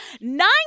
nine